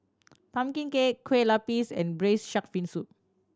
pumpkin cake kue lupis and braise shark fin soup